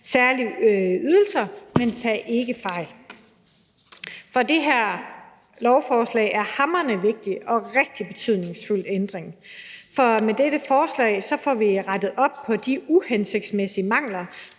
særlige ydelser. Men tag ikke fejl – det her lovforslag er en hamrende vigtig og rigtig betydningsfuld ændring, for med dette forslag får vi rettet op på de uhensigtsmæssige mangler,